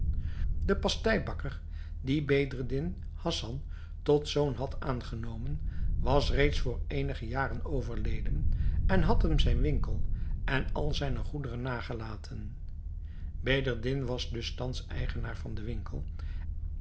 de pasteibakker die bedreddin hassan tot zoon had aangenomen was reeds voor eenige jaren overleden en had hem zijn winkel en al zijne goederen nagelaten bedreddin was dus thans eigenaar van den winkel